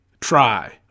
try